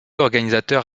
organisateur